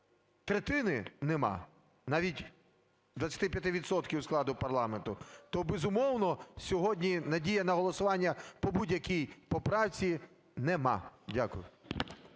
третини нема, навіть 25 відсотків складу парламенту, то, безумовно, сьогодні надія на голосування по будь-якій поправці нема. Дякую.